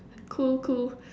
cool cool